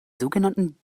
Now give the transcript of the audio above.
sogenannten